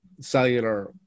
cellular